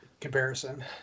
comparison